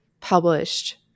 published